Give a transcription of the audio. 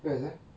best ah